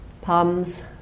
Palms